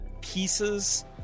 pieces